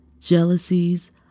jealousies